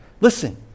Listen